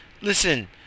Listen